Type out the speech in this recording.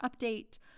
update